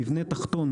מבנה תחתון,